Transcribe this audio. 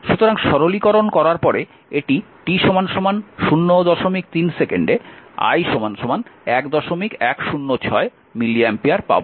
সুতরাং সরলীকরণ করার পরে এটি t 03 সেকেন্ডে i 1106 মিলি অ্যাম্পিয়ার পাব